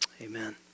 amen